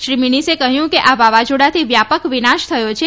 શ્રી મીનીસે કહ્યું કે આ વાવાઝોડાથી વ્યાપક વિનાશ થયો છે